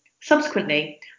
Subsequently